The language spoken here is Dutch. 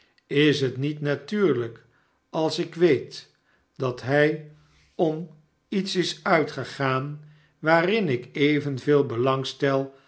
is het niet natuurlijk als ik weet dat hij om iets is uitgegaan waarin ik evenveel